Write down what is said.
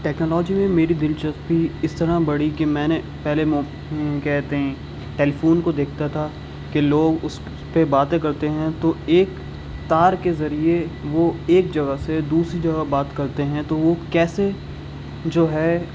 technology میں میری دلچسپی اس طرح بڑھی کہ میں نے پہلے کہتے ہیں ٹیلی فون کو دیکھتا تھا کہ لوگ اس پہ باتیں کرتے ہیں تو ایک تار کے ذریعے وہ ایک جگہ سے دوسری جگہ بات کرتے ہیں تو وہ کیسے جو ہے